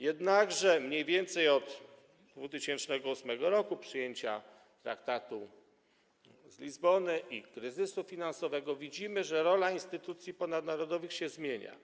Jednakże mniej więcej od 2008 r., od przyjęcia traktatu z Lizbony i kryzysu finansowego widzimy, że rola instytucji ponadnarodowych się zmienia.